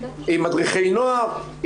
עם מדריכי נוער,